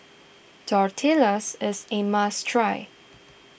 Tortillas is a must try